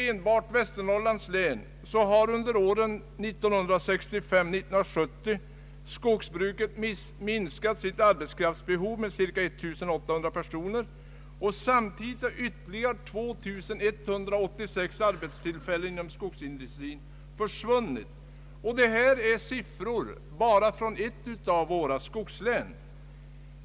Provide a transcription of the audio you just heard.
Enbart i Västernorrlands län har skogsbruket under åren 1965—1970 minskat sitt arbetskraftsbehov med cirka 1800 personer, och samtidigt har ytterligare 2186 arbetstillfällen inom skogsindustrin försvunnit. Detta är siffror från bara ett av skogslänen.